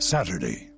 Saturday